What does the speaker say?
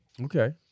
Okay